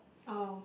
oh